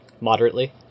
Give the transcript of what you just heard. moderately